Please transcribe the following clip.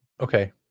Okay